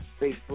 Facebook